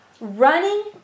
running